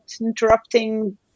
interrupting